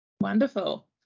Wonderful